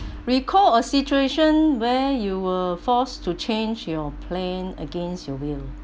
recall a situation where you were forced to change your plan against your will